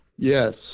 Yes